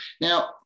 Now